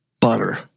butter